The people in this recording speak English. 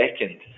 second